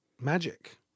magic